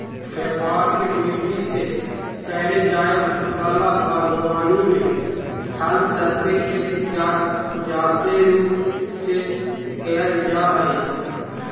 व्यापार के दृष्टि से करे जाए वला बागवानी में फल सब के खेती जादे रूप से कयल जा हई